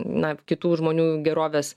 na kitų žmonių gerovės